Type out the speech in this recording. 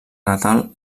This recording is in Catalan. natal